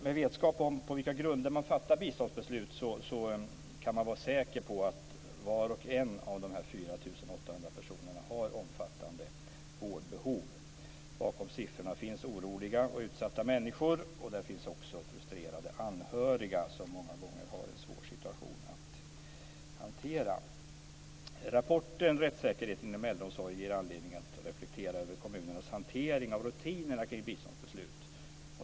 Med vetskap om på vilka grunder biståndsbeslut fattas kan man vara säker på att var och en av dessa 4 800 personer har omfattande vårdbehov. Bakom siffrorna finns oroliga och utsatta människor. Där finns också frustrerade anhöriga, som många gånger har en svår situation att hantera. Rapporten Rättssäkerheten inom äldreomsorgen ger anledning att reflektera över kommunernas hantering av rutinerna kring biståndsbeslut.